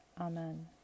Amen